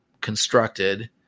constructed